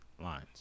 Lines